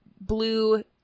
blue